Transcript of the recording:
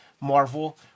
Marvel